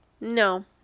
No